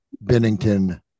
Bennington